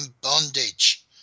bondage